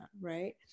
Right